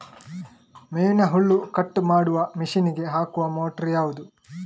ಮೇವಿನ ಹುಲ್ಲು ಕಟ್ ಮಾಡುವ ಮಷೀನ್ ಗೆ ಹಾಕುವ ಮೋಟ್ರು ಯಾವುದು?